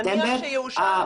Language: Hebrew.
נניח שיאושר,